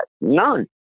None